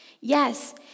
yes